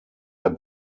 der